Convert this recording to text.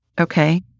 Okay